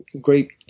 great